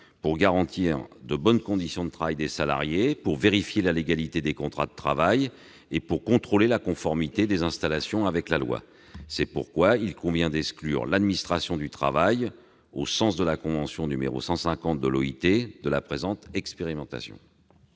pour garantir de bonnes conditions de travail pour les salariés, vérifier la légalité des contrats de travail et contrôler la conformité des installations avec la loi. C'est pourquoi il convient d'exclure l'administration du travail, au sens de la convention n° 150 de l'OIT, du champ de la présente expérimentation.